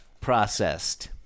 processed